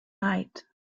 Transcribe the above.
night